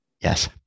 Yes